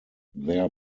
their